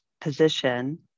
position